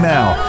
now